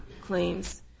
claims